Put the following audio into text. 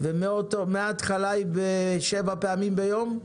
ומהתחלה היא שבע פעמים ביום?